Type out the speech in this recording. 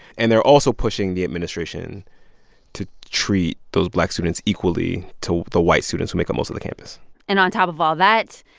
and they're also pushing the administration to treat those black students equally to the white students, who make up most of the campus and on top of all that,